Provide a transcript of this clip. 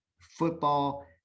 football